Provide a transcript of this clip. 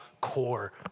core